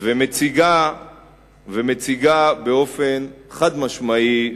ומציגה באופן חד-משמעי,